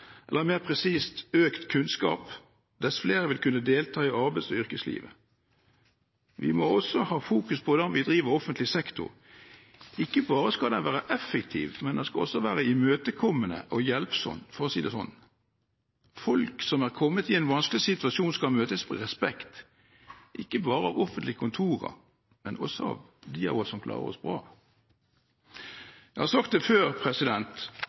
eller mer presist økt kunnskap – dess flere vil kunne delta i arbeids- og yrkeslivet. Vi må også ha fokus på hvordan vi driver offentlig sektor. Ikke bare skal den være effektiv, den skal også være imøtekommende og hjelpsom, for å si det sånn. Folk som er kommet i en vanskelig situasjon, skal møtes med respekt, ikke bare av offentlige kontorer, men også av de av oss som klarer oss bra. Jeg har sagt det før: